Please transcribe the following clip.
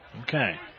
Okay